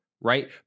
right